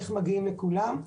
איך מגיעים לכולם,